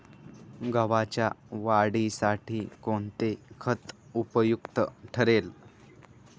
गव्हाच्या वाढीसाठी कोणते खत उपयुक्त ठरेल?